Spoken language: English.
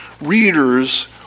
readers